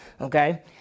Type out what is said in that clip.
okay